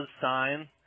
sign